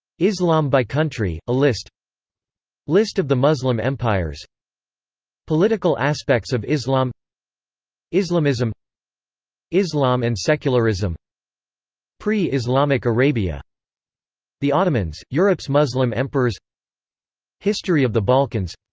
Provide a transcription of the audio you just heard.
islam by country a list list of the muslim empires political aspects of islam islamism islam and secularism pre-islamic arabia the ottomans europe's muslim emperors history of the balkans